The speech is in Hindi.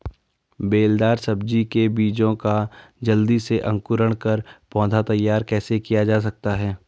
बेलदार सब्जी के बीजों का जल्दी से अंकुरण कर पौधा तैयार कैसे किया जा सकता है?